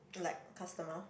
like customer